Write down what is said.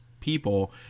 people